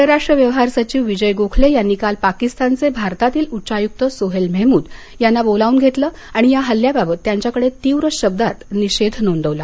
परराष्ट्र व्यवहार सचिव विजय गोखले यांनी काल पाकिस्तानचे भारतातील उच्चायुक्त सोहेल मेहमूद यांना बोलावून घेतलं आणि या हल्ल्याबाबत त्यांच्याकडे तीव्र शब्दांत निषेध नोंदविला